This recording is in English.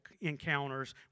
Encounters